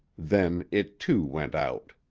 then it too went out.